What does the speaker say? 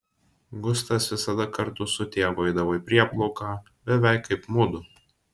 gustas visada kartu su tėvu eidavo į prieplauką beveik kaip mudu